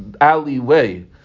alleyway